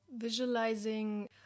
visualizing